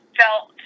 felt